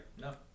No